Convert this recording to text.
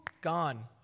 gone